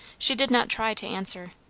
she did not try to answer.